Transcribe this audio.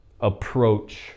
approach